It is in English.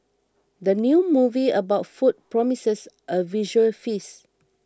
the new movie about food promises a visual feast